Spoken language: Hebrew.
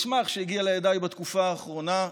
מסמך הגיע לידיי בתקופה האחרונה,